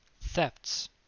thefts